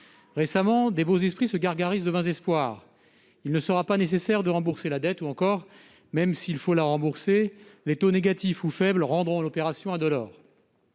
Récemment, de beaux esprits se gargarisaient de vains espoirs. « Il ne sera pas nécessaire de rembourser la dette », nous disaient-ils, « ou, même s'il faut la rembourser, les taux négatifs ou faibles rendront l'opération indolore